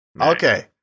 Okay